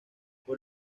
por